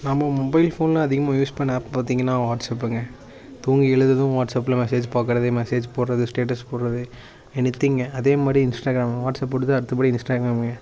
நம்ம மொபைல் ஃபோனை அதிகமாக யூஸ் பண்ண ஆப் பார்த்திங்கனா வாட்ஸ்அப்புங்க தூங்கி எழுததும் வாட்ஸ்அப்பில் மெசேஜ் பார்க்கறது மெசேஜ் போடுறது ஸ்டேட்டஸ் போடுறது எனிதிங் அதேமாதிரி இன்ஸ்டாக்ராம் வாட்ஸ்அப் விட்டுது அடுத்தபடி இன்ஸ்டாக்ராமு